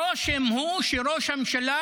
הרושם הוא שראש הממשלה